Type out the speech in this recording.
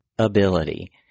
Ability